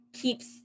keeps